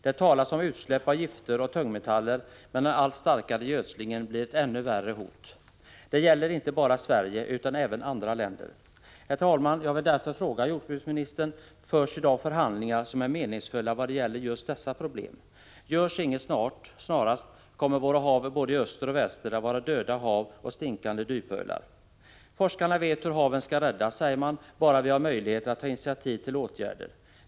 Det talas om utsläpp av gifter och tungmetaller, men den allt starkare gödslingen blir ett ännu värre hot. Det gäller inte bara Sverige, utan även andra länder. Herr talman! Jag vill därför fråga jordbruksministern: Förs det i dag förhandlingar som är meningsfulla vad gäller just dessa problem? Görs inget snarast, kommer våra hav i både öster och väster att vara döda hav och stinkande dypölar. Forskarna säger att de vet hur haven skall räddas, bara vi har möjlighet att ta initiativ till åtgärder.